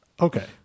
Okay